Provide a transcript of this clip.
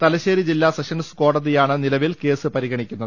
തലശ്ശേരി ജില്ലാ സെഷൻസ് കോടതിയാണ് നിലവിൽ കേസ് പരിഗണിക്കുന്നത്